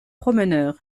promeneurs